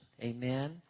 Amen